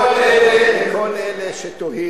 אדוני היושב-ראש, כנסת נכבדה, לכל אלה שתוהים,